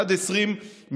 עד 20 משתתפים.